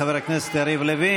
אחריו.